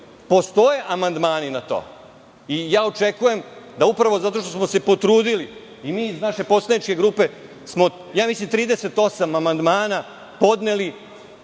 Postoje amandmani na to i očekujem, da upravo zato što smo se potrudili i mi iz naše poslaničke grupe smo, mislim 38 amandmana podneli,